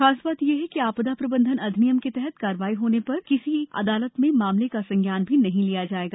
खास बात यह है कि आपदा प्रबंधन अधिनियम के तहत कार्रवाई होने पर किसी अदालत में मामले का संज्ञान भी नहीं लिया जायेगा